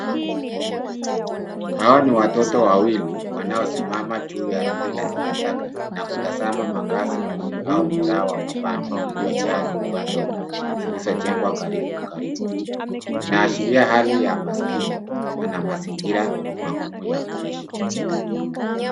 Hawa ni watoto wawili, wanaosimama juu ya rundo la takataka na kutazama makazi duni au mtaa wa mabanda iliyojaa nyumba ndogo, zilizojengwa karibu karibu. Inaashiria hali ya maskini na mazingira magumu ya kuishi.